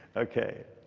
ok.